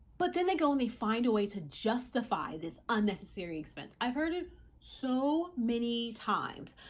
but then they go and they find a way to justify this unnecessary expense. i've heard it so many times,